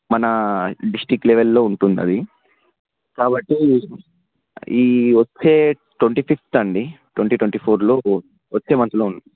మన డిస్ట్రిక్ట్ లెవెల్లో ఉంటుంది అది కాబట్టి ఈ వచ్చే ట్వంటీ ఫిఫ్త్ అండి ట్వంటీ ట్వంటీ ఫోర్లో వచ్చే మంత్లో ఉంది